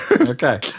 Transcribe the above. Okay